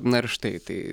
na ir štai tai